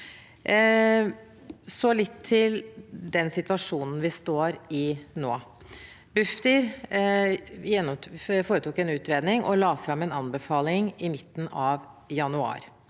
litt til den situasjonen vi står i nå. Bufdir foretok en utredning og la fram en anbefaling i midten av januar.